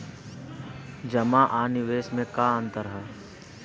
जमा आ निवेश में का अंतर ह?